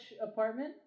apartment